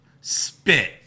Spit